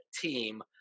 team